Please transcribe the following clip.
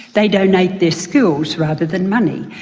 they donate their skills rather than money.